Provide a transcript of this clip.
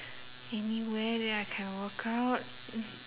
anywhere that I can workout